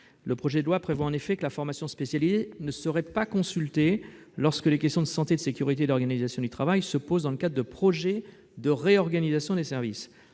Le projet de loi prévoit que la formation spécialisée ne sera pas consultée lorsque les questions de santé, de sécurité ou d'organisation du travail se posent dans le cadre de « projets de réorganisation de services